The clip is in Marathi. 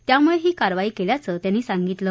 त्यामुळे ही कारवाई केल्याचं त्यांनी सांगितलं